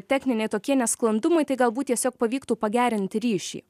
techniniai tokie nesklandumai tai galbūt tiesiog pavyktų pagerinti ryšį